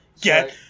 get